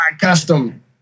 custom